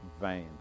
vain